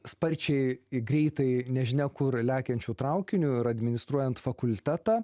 sparčiai greitai nežinia kur lekiančiu traukiniu ir administruojant fakultetą